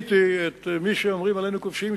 כיניתי את מי שאומרים עלינו "כובשים",